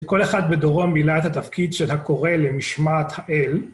כל אחד בדורו מילא את התפקיד שאתה קורא למשמעת האל.